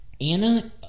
anna